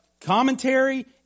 commentary